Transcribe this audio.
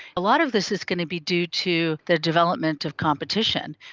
a lot of this is going to be due to the development of competition.